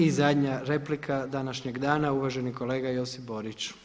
I zadnja replika današnjeg dana uvaženi kolega Josip Borić.